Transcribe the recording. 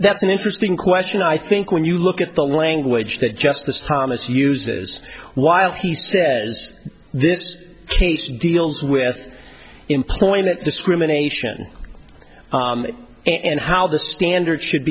s interesting question i think when you look at the language that justice thomas uses while he says this case deals with employment discrimination and how the standard should